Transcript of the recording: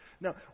Now